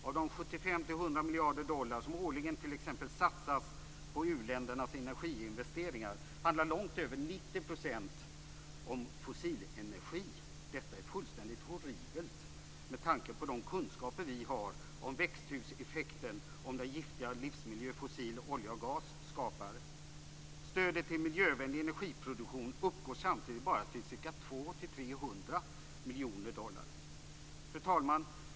Av de 75-100 miljarder dollar som årligen satsas på u-ländernas energiinvesteringar handlar långt över 90 % om fossil energi. Detta är fullständigt horribelt med tanke på de kunskaper som vi har om växthuseffekten och om den giftiga livsmiljö som olja, fossil och gas skapar. Samtidigt uppgår stödet till miljövänlig energiproduktion bara till 200-300 miljoner dollar. Fru talman!